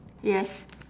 yes